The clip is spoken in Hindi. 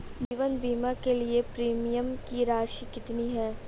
जीवन बीमा के लिए प्रीमियम की राशि कितनी है?